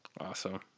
Awesome